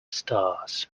stars